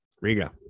Riga